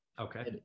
Okay